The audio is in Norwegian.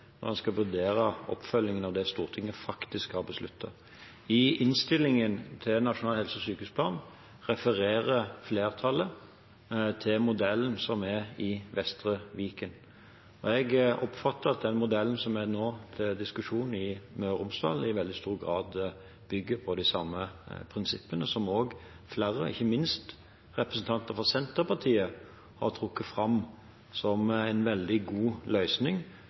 skal vurdere oppfølgingen av det Stortinget faktisk har besluttet. I innstillingen til Nasjonal helse- og sykehusplan refererer flertallet til modellen som er i Vestre Viken. Jeg oppfatter at den modellen som nå er til diskusjon, i Møre og Romsdal, i veldig stor grad bygger på de samme prinsippene som modellen på Ringerike sykehus – som flere, ikke minst representanter fra Senterpartiet, har trukket fram som en veldig god løsning.